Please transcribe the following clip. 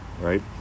Right